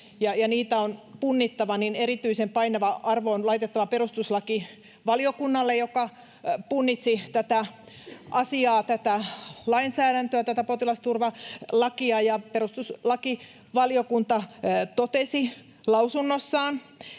niitä on punnittava, niin erityisen painava arvo on laitettava perustuslakivaliokunnalle, joka punnitsi tätä asiaa, tätä lainsäädäntöä, tätä potilasturvalakia. Perustuslakivaliokunta totesi lausunnossaan,